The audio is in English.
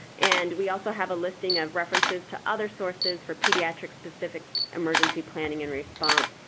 and we also have a listing of references to other sources for pediatric-specific emergency planning and response.